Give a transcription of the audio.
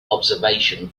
observation